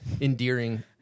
endearing